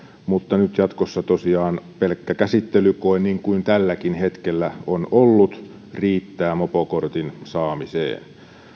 mutta nyt jatkossa tosiaan pelkkä käsittelykoe niin kuin tälläkin hetkellä on ollut riittää mopokortin saamiseen